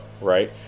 right